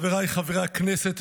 חבריי חברי הכנסת,